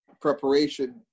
preparation